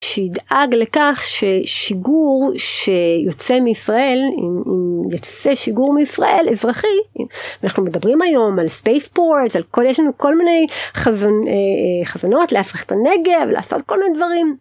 שידאג לכך ששיגור שיוצא מישראל יוצא שיגור מישראל אזרחי אנחנו מדברים היום על ספייס פורט על כל יש לנו כל מיני חזונות להפריך את הנגב לעשות כל מיני דברים.